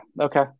okay